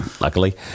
luckily